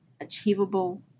achievable